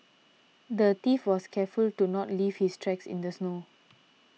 the thief was careful to not leave his tracks in the snow